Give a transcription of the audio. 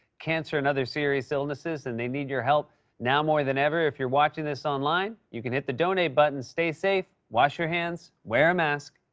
cancer, and other serious illnesses, and they need your help now more than ever. if you're watching this online, you can hit the donate button. stay safe, wash your hands, wear a mask.